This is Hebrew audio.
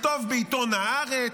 לכתוב בעיתון הארץ.